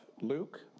Luke